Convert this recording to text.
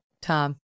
Tom